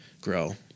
grow